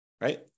right